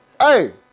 Hey